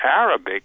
Arabic